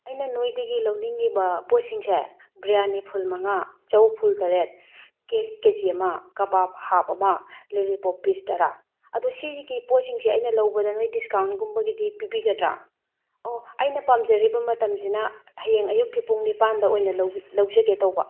ꯑꯩꯅ ꯅꯣꯏꯗꯒꯤ ꯂꯧꯅꯤꯡꯉꯤꯕ ꯄꯣꯠꯁꯤꯡꯁꯦ ꯕ꯭ꯔꯤꯌꯥꯅꯤ ꯐꯨꯜ ꯃꯉꯥ ꯆꯧ ꯐꯨꯜ ꯇꯔꯦꯠ ꯀꯦꯛ ꯀꯦ ꯖꯤ ꯑꯃ ꯀꯕꯥꯕ ꯍꯥꯞ ꯑꯃ ꯂꯤꯂꯤꯄꯣꯞ ꯄꯤꯁ ꯇꯔꯥ ꯑꯗꯣ ꯁꯤꯒꯤ ꯄꯣꯠꯁꯤꯡꯁꯦ ꯑꯩꯅ ꯂꯧꯕꯗ ꯅꯣꯏ ꯗꯤꯁꯀꯥꯎꯟꯒꯨꯝꯕꯒꯤꯗꯤ ꯄꯤꯕꯤꯒꯗ꯭ꯔꯥ ꯑꯣ ꯑꯩꯅ ꯄꯥꯝꯖꯔꯤꯕ ꯃꯇꯝꯁꯤꯅ ꯍꯌꯦꯡ ꯑꯌꯨꯛꯀꯤ ꯄꯨꯡ ꯅꯤꯄꯥꯜꯗ ꯑꯣꯏꯅ ꯂꯧꯖꯒꯦ ꯇꯧꯕ